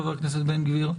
חבר הכנסת בן גביר.